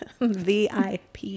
VIP